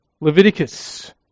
Leviticus